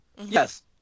Yes